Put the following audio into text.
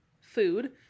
food